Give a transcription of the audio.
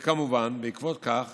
כמובן, בעקבות כך